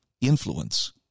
influence